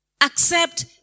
accept